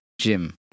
Jim